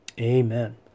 Amen